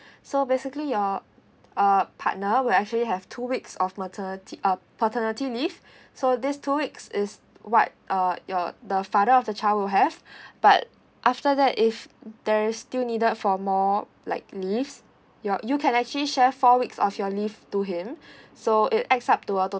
so basically your uh partner will actually have two weeks of maternity uh paternity leave so this two weeks is what uh your the father of the child will have but after that if there's still needed for more like leaves your you can actually share four weeks of your leave to him so it adds up to uh